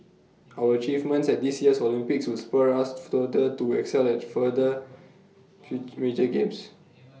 our achievements at this year's Olympics will spur us further to excel at further feel major games